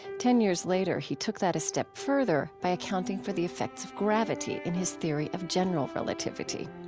ten years later he took that a step farther by accounting for the effects of gravity in his theory of general relativity.